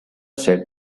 said